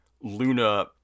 Luna